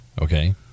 Okay